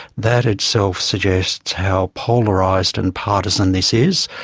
that itself suggests how polarised and partisan this is.